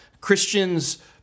Christians